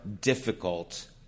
difficult